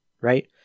right